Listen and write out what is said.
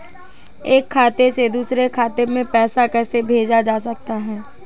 एक खाते से दूसरे खाते में पैसा कैसे भेजा जा सकता है?